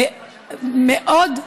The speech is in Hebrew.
מאוד,